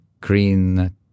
green